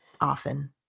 often